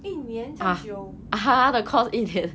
一年这样久